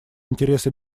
интересы